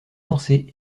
lancée